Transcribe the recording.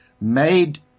made